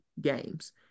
games